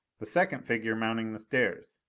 the second figure mounting the stairs.